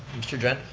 mr. dren.